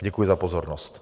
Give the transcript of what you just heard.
Děkuji za pozornost.